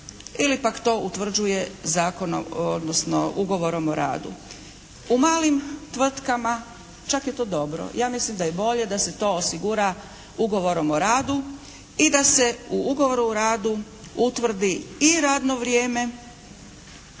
zakonom odnosno ugovorom o radu. U malim tvrtkama čak je to dobro. Ja mislim da je bolje da se to osigura ugovorom o radu i da se u ugovoru o radu utvrdi i radno vrijeme,